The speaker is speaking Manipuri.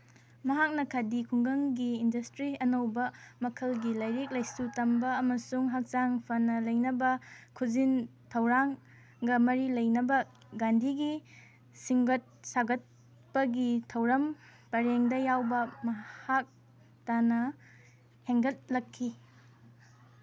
ꯃꯍꯥꯛꯅ ꯈꯥꯗꯤ ꯈꯨꯡꯒꯪꯒꯤ ꯏꯟꯗꯁꯇ꯭ꯔꯤ ꯑꯅꯧꯕ ꯃꯈꯜꯒꯤ ꯂꯥꯏꯔꯤꯛ ꯂꯥꯏꯁꯨ ꯇꯝꯕ ꯑꯃꯁꯨꯡ ꯍꯛꯆꯥꯡ ꯐꯅ ꯂꯩꯅꯕ ꯈꯨꯖꯤꯟ ꯊꯧꯔꯥꯡꯒ ꯃꯔꯤ ꯂꯩꯅꯕ ꯒꯥꯙꯤꯒꯤ ꯁꯦꯝꯒꯇ ꯁꯥꯒꯠꯄꯒꯤ ꯊꯧꯔꯝ ꯄꯔꯦꯡꯗ ꯌꯥꯎꯕ ꯃꯍꯥꯛ ꯇꯥꯅ ꯍꯦꯟꯒꯠꯂꯛꯈꯤ